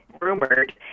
rumored